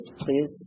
please